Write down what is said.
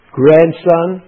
grandson